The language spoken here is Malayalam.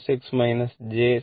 16 j 0